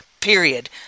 period